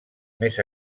més